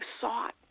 sought